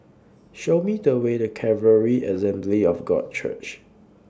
Show Me The Way to Calvary Assembly of God Church